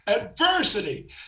adversity